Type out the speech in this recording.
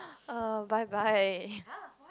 ah bye bye